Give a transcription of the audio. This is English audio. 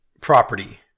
property